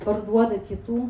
parduoda kitų